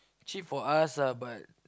cheap for us ah but